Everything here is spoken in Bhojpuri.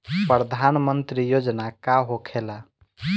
प्रधानमंत्री योजना का होखेला?